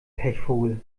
pechvogel